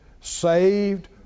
saved